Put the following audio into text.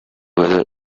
whether